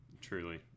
Truly